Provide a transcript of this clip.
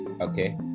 okay